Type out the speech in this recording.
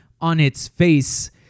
on-its-face